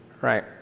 right